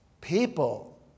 people